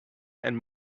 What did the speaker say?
and